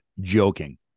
joking